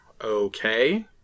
okay